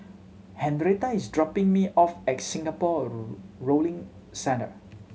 Henretta is dropping me off at Singapore Rowing Centre